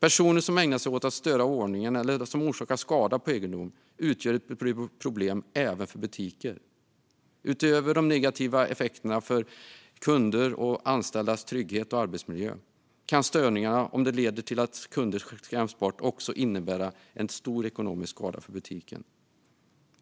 Personer som ägnar sig åt att störa ordningen eller som orsakar skada på egendom utgör ett problem även för butiker. Utöver de negativa effekterna för kunder och anställdas trygghet och arbetsmiljö kan störningarna, om de leder till att kunder skräms bort, också innebära stor ekonomisk skada för butiken.